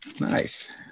Nice